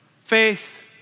faith